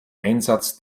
einsatz